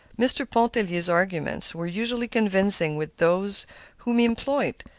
mr. pontellier's arguments were usually convincing with those whom he employed.